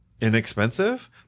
inexpensive